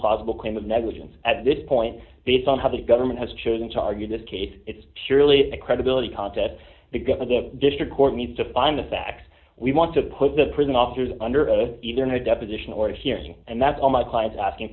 possible claim of negligence at this point based on how the government has chosen to argue this case it's purely a credibility contest the going to get district court need to find the facts we want to put the prison officers under it either in a deposition or a hearing and that's all my client is asking